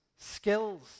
skills